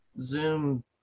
zoom